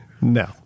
No